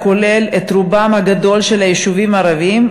הכולל את רובם הגדול של היישובים הערביים,